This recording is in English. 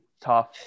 tough